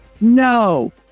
no